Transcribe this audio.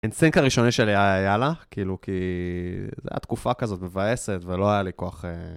האינסטינקט הראשוני שלי היה יאללה, כאילו כי זו הייתה תקופה כזאת מבאסת ולא היה לי כוח...